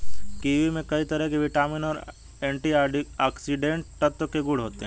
kiwi में कई तरह के विटामिन और एंटीऑक्सीडेंट तत्व के गुण होते है